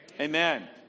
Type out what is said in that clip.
Amen